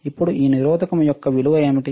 ఇప్పుడు ఈ నిరోధకo యొక్క విలువ ఏమిటి